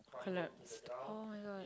collapsed [oh]-my-god